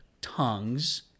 tongues